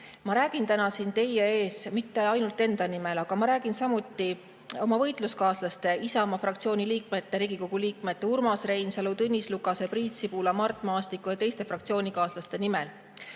Ma räägin täna siin teie ees mitte ainult enda nimel, ma räägin samuti oma võitluskaaslaste, Isamaa fraktsiooni liikmete, Riigikogu liikmete Urmas Reinsalu, Tõnis Lukase, Priit Sibula, Mart Maastiku ja teiste fraktsioonikaaslaste